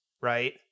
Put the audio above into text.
Right